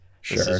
sure